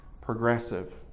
progressive